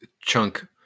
chunk